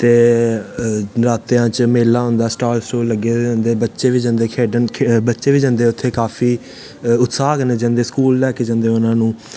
ते नरात्तेआं च मेला होंदे स्टॉल स्टूल लग्गे दे होंदे बच्चे बी जंदे खेढन बच्चे बी जंदे उत्थे काफी उत्साह् कन्ने जंदे स्कूल लै के जंदे उनां नू